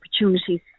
opportunities